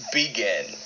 begin